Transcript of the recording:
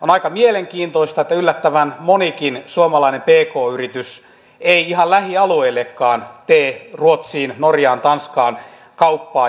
on aika mielenkiintoista että yllättävän monikin suomalainen pk yritys ei ihan lähialueellekaan tee ruotsiin norjaan tanskaan kauppaa